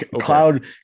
cloud